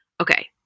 Okay